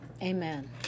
Amen